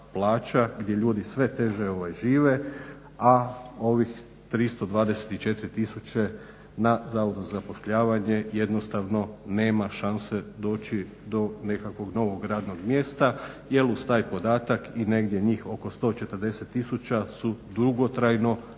gdje ljudi sve teže žive a ovih 324 tisuće na Zavodu za zapošljavanje jednostavno nema šanse doći do nekakvog novog radnog mjesta jel uz taj podatak i negdje njih oko 140 tisuća su dugotrajno